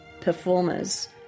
performers